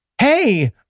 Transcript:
Hey